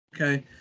Okay